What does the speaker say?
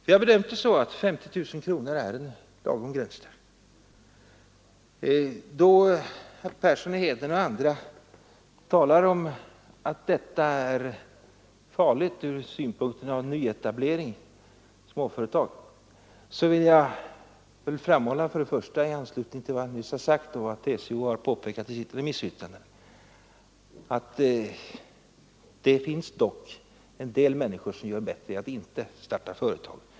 Vi har bedömt 50 000 kronor som en lagom gräns. Då herr Persson i Heden och andra talar om att detta är farligt med hänsyn till nyetableringen av småföretag vill jag framhålla, för det första i anslutning till vad jag nyss sagt och vad TCO påpekade i sitt remissyttrande, att det finns en del människor som gör bättre i att inte starta företag.